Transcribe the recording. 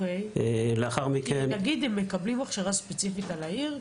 הם מקבלים הכשרה ספציפית על העיר?